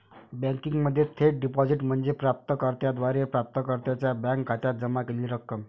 बँकिंगमध्ये थेट डिपॉझिट म्हणजे प्राप्त कर्त्याद्वारे प्राप्तकर्त्याच्या बँक खात्यात जमा केलेली रक्कम